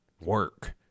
work